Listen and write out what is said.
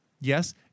Yes